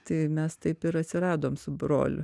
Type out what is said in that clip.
tai mes taip ir atsiradom su broliu